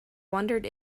wondered